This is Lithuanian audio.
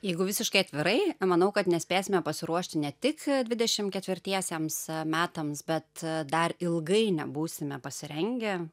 jeigu visiškai atvirai manau kad nespėsime pasiruošti ne tik dvidešim ketvirtiesiems metams bet dar ilgai nebūsime pasirengę